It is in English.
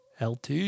LT